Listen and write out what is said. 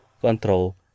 control